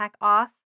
off